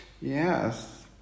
Yes